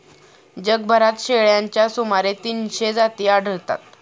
जगभरात शेळ्यांच्या सुमारे तीनशे जाती आढळतात